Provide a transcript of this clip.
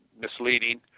misleading